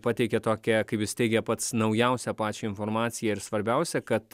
pateikė tokią kaip jis teigė pats naujausią pačią informaciją ir svarbiausią kad